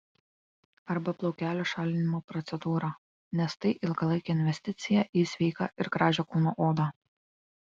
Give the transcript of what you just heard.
arba plaukelių šalinimo procedūrą nes tai ilgalaikė investiciją į sveiką ir gražią kūno odą